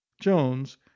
jones